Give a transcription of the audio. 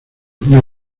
una